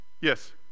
Yes